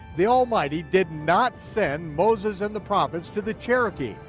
the almighty did not send moses and the prophets to the cherokee,